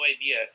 idea